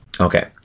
Okay